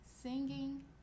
singing